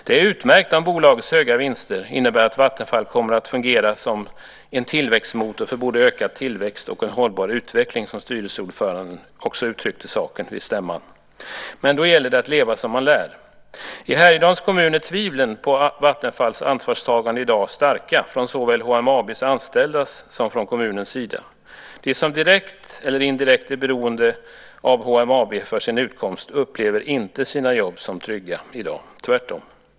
Det är utmärkt om bolagets höga vinster innebär att Vattenfall kommer att fungera som en tillväxtmotor för både ökad tillväxt och en hållbar utveckling, som styrelseordföranden också uttryckte saken vid stämman. Men då gäller det att leva som man lär. I Härjedalens kommun är i dag tvivlen på Vattenfalls ansvarstagande starka från såväl HMAB:s anställdas som kommunens sida. De som direkt eller indirekt är beroende av HMAB för sin utkomst upplever inte sina jobb som trygga i dag, tvärtom.